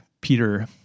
Peter